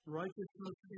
righteousness